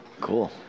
Cool